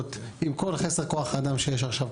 מיחידות עם כל חסר כוח האדם שיש עכשיו,